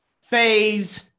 phase